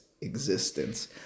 existence